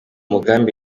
mugambi